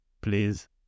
please